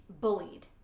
bullied